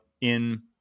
in-